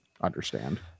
understand